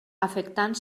afectant